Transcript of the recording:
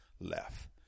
left